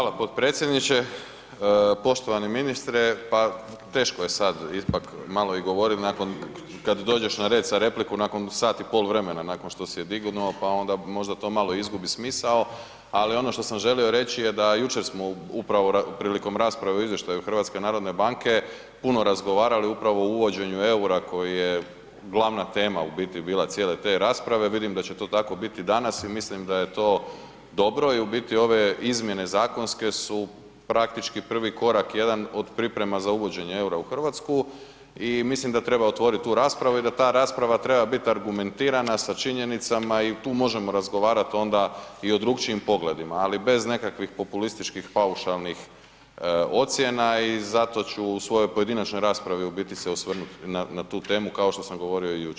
Hvala potpredsjedniče, poštovani ministre, pa teško je sad ipak malo i govorit o nekakvom, kad dođeš na red za repliku nakon sat i pol vremena, nakon što si je dignuo, pa onda možda to malo izgubi smisao, ali ono što sam želio reći je da jučer smo upravo prilikom rasprave o izvještaju HNB-a puno razgovarali upravo o uvođenju EUR-a koji je glavna tema u biti bila cijele te rasprave, vidim da će to tako biti i danas i mislim da je to dobro i u biti ove izmjene zakonske su praktički prvi korak jedan od priprema za uvođenje EUR-a u RH i mislim da treba otvorit tu raspravu i da ta rasprava treba bit argumentirana sa činjenicama i tu možemo razgovarat onda i o drukčijim pogledima, ali bez nekakvih populističkih paušalnih ocjena i zato ću u svojoj pojedinačnoj raspravi u biti se osvrnut na tu temu kao što sam govorio i jučer uostalom.